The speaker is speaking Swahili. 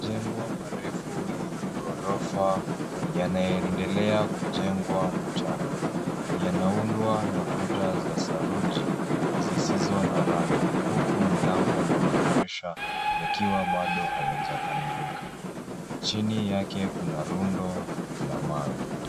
Majengo marefu yenye ghorofa yanaendelea kujengwa mchana. Yanaundwa na kuta za saruji zisizo na rangi huku milango na madirisha yakiwa baado hayajamilika. Chini yake kuna rundo la mawe.